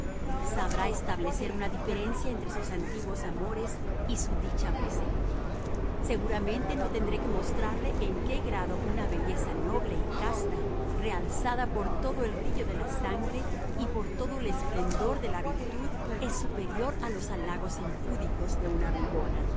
sabrá establecer una diferencia entre sus antiguos amores y su dicha presente seguramente no tendré que mostrarle en qué grado una belleza noble y casta realzada por todo el brillo de la sangre y por todo el esplendor de la virtud es superior a los halagos impúdicos de una